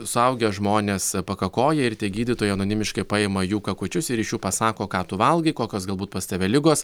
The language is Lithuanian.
suaugę žmonės pakakoja ir tie gydytojai anonimiškai paima jų kakučius ir iš jų pasako ką tu valgai kokios galbūt pas tave ligos